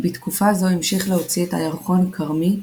בתקופה זו המשיך להוציא את הירחון "כרמי",